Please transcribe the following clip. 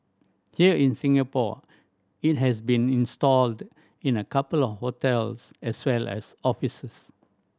here in Singapore it has been installed in a couple of hotels as well as offices